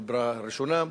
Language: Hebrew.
דיברה ראשונה.